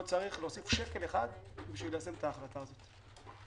לא צריך להוסיף שקל אחד בשביל ליישם את ההחלטה הזו.